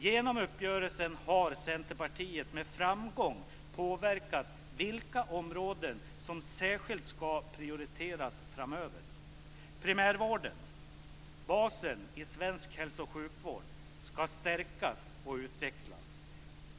Genom uppgörelsen har Centerpartiet med framgång påverkat vilka områden som särskilt skall prioriteras framöver. Primärvården, basen i svensk hälso och sjukvård, skall stärkas och utvecklas.